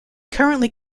currently